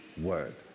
word